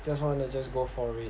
just want to just go for it